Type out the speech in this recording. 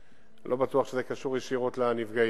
לא בטוח שזה קשור ישירות לנפגעים.